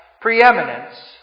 preeminence